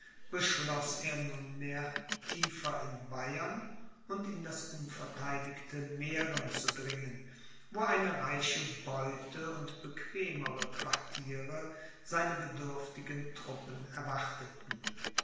beschloß er nunmehr tiefer in bayern und in das unvertheidigte mähren zu dringen wo eine reiche beute und bequemere quartiere seine bedürftigen truppen erwarteten